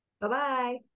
Bye-bye